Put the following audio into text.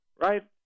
Right